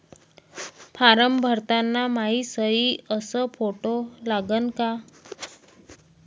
Form भरताना मायी सयी अस फोटो लागन का?